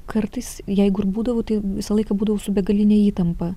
kartais jeigu ir būdavau tai visą laiką būdavau su begaline įtampa